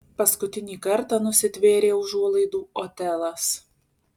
paskutinį kartą nusitvėrė užuolaidų otelas